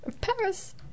Paris